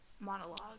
monologue